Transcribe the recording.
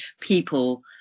people